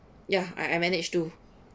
ya I I managed to